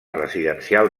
residencial